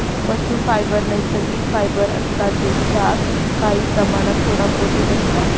पशू फायबर नैसर्गिक फायबर असता जेच्यात काही प्रमाणात थोडा प्रोटिन असता